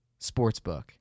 sportsbook